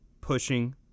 pushing